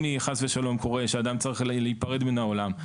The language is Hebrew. אם חס ושלום קורה שאדם צריך להיפרד מן העולם,